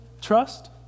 trust